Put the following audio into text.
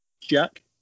Jack